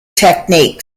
techniques